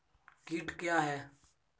कीट क्या है?